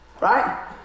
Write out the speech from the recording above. right